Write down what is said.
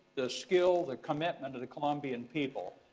the skill, the commitment of the colombian people,